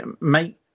Mate